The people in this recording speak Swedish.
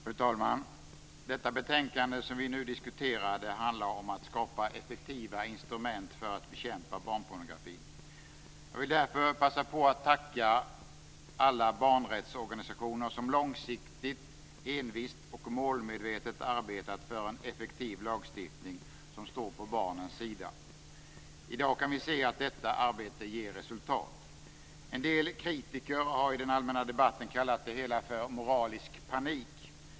Fru talman! Det betänkande som vi nu diskuterar handlar om att skapa effektiva instrument för att bekämpa barnpornografi. Jag vill därför passa på att tacka alla barnrättsorganisationer som långsiktigt, envist och målmedvetet arbetat för en effektiv lagstiftning som står på barnens sida. I dag kan vi se att detta arbete ger resultat. En del kritiker har i den allmänna debatten kallat det hela för moralisk panik.